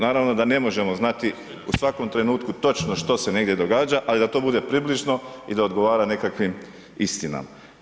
Naravno da ne možemo znati u svakom trenutku točno što se negdje događa, ali da to bude približno i da odgovara nekakvim istinama.